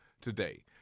today